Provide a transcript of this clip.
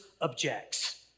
objects